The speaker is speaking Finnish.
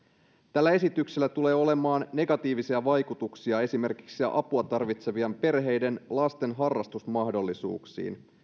tällä esityksellä tulee olemaan negatiivisia vaikutuksia esimerkiksi apua tarvitsevien perheiden lasten harrastusmahdollisuuksiin